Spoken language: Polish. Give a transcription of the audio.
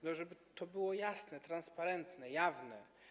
Pytam, żeby to było jasne, transparentne, jawne.